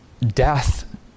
death